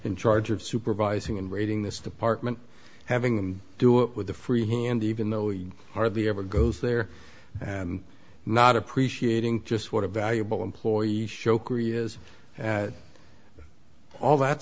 in charge of supervising and reading this department having them do it with a free hand even though you hardly ever goes there and not appreciating just what a valuable employee shokri is all that